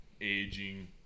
aging